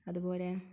അതുപോലെ